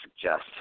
suggest